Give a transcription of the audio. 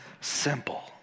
simple